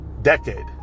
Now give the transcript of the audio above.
decade